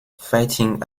fighting